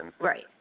Right